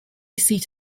seat